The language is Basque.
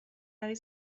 ari